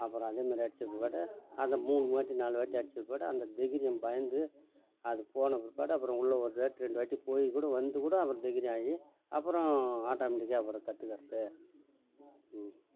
அப்புறம் அதேமாதிரி அடித்த பிற்பாடு அத மூணுவாட்டி நாலு வாட்டி அடித்த பிற்பாடு அந்த தெகிரியம் பயந்து அதுப்போன பிற்பாடு அப்புறம் உள்ள ஒருதாட்டி ரெண்டு வாட்டி போயுக்கூட வந்துக்கூட அவன் தெகரியம் ஆகி அப்புறம் ஆட்டோமேட்டிக்காக அப்புறம் கற்றுக்குறது